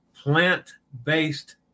plant-based